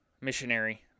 missionary